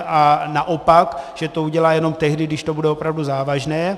A naopak, že to udělá jenom tehdy, když to bude opravdu závažné.